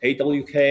AWK